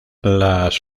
las